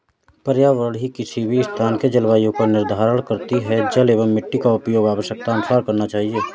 पर्यावरण ही किसी भी स्थान के जलवायु का निर्धारण करती हैं जल एंव मिट्टी का उपयोग आवश्यकतानुसार करना चाहिए